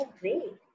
great